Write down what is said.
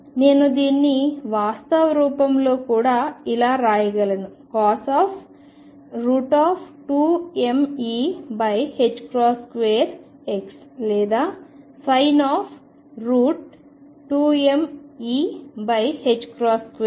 నేను దీన్ని వాస్తవ రూపంలో కూడా ఇలా రాయగలను 2mE2x లేదా 2mE2x